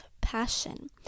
passion